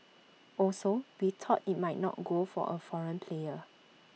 also we thought IT might not good for A foreign player